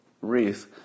wreath